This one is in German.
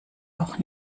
auch